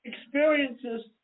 Experiences